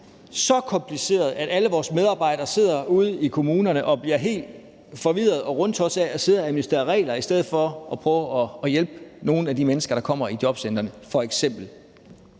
så kompliceret, at alle vores medarbejdere sidder ude i kommunerne og bliver helt forvirrede og rundtossede af at administrere regler i stedet for at prøve at hjælpe nogle af de mennesker, der kommer i jobcentrene, så